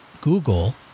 Google